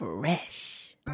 Fresh